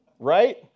right